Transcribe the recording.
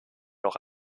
noch